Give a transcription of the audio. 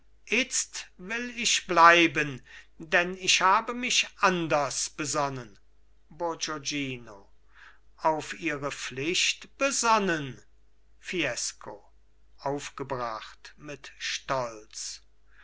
itzt will ich bleiben denn ich habe mich anders besonnen bourgognino auf ihre pflicht besonnen fiesco aufgebracht mit stolz